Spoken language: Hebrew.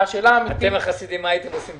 שהתקציב היחיד מתוך מאות